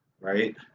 right